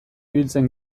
ibiltzen